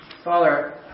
Father